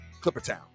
Clippertown